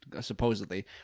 supposedly